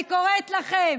אני קוראת לכם